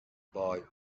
boy